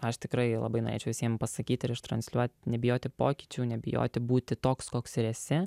aš tikrai labai norėčiau visiem pasakyti ir iš transliuoti nebijoti pokyčių nebijoti būti toks koks ir esi